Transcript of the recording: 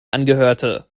angehörte